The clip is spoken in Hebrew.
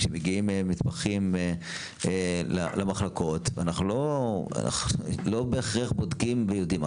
כשמגיעים מתמחים למחלקות אנחנו לא בהכרח בודקים ויודעים.